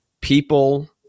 people